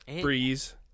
Breeze